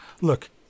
look